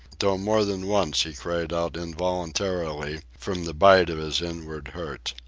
though more than once he cried out involuntarily from the bite of his inward hurt.